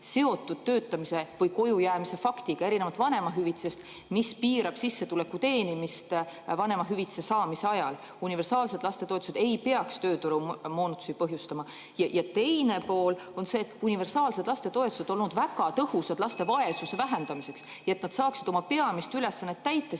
seotud töötamise või kojujäämise faktiga, erinevalt vanemahüvitisest, mis piirab sissetuleku teenimist vanemahüvitise saamise ajal. Universaalsed lastetoetused ei peaks tööturumoonutusi põhjustama. Ja teine pool on see, et universaalsed lastetoetused on olnud väga tõhusad laste vaesuse vähendamiseks. (Juhataja helistab kella.) Ja et nad saaksid oma peamist ülesannet täita,